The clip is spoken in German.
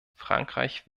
frankreich